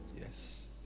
Yes